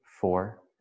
four